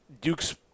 Duke's